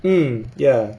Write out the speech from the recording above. mm ya